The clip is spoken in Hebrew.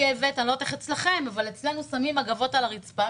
אצלנו שמים מגבות על הרצפה,